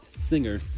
Singer